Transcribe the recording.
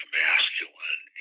masculine